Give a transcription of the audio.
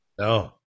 No